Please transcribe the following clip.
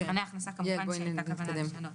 את מבחני ההכנסה כמובן שאין כוונה לשנות.